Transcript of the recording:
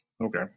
okay